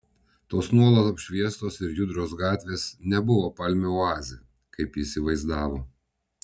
tos nuolat apšviestos ir judrios gatvės nebuvo palmių oazė kaip ji įsivaizdavo